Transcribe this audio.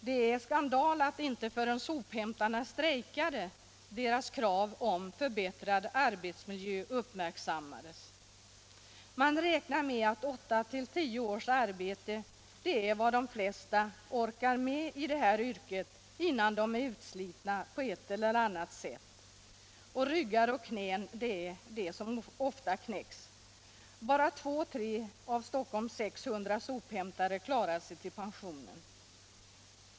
Det är skandal att inte förrän sophämtarna strejkade blev deras krav på förbättrad arbetsmiljö uppmärksammad. Man räknar med att 8-10 års arbete är vad de flesta orkar med i yrket innan de är utslitna på ett eller annat sätt. Ryggar och knän är det som ofta knäcks. Bara två å tre av Stockholms 600 sophämtare klarar sig till pensionen.